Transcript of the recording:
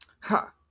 Ha